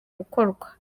gukorwa